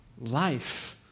life